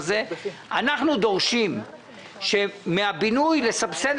אנחנו יודעים שיש שם מחסור רציני.